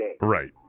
Right